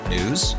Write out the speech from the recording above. News